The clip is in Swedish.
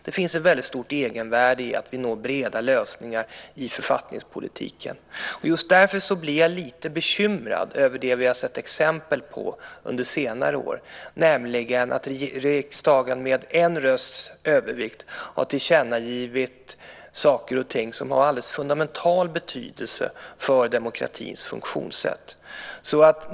Det finns ett väldigt stort egenvärde i att vi når breda lösningar i författningspolitiken. Just därför blir jag lite bekymrad över det som vi har sett exempel på under senare år, nämligen att riksdagen med en rösts övervikt har tillkännagivit saker och ting som har alldeles fundamental betydelse för demokratins funktionssätt.